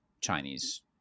Chinese